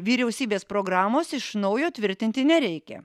vyriausybės programos iš naujo tvirtinti nereikia